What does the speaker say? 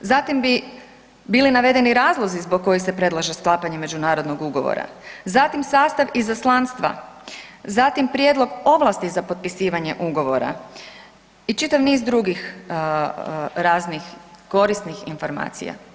Zatim bi bili navedeni razlozi zbog kojih se predlaže sklapanje međunarodnog ugovora, zatim sastav izaslanstva, zatim prijedlog ovlasti za potpisivanje ugovora i čitav niz drugih raznih korisnih informacija.